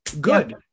good